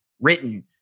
Written